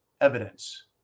evidence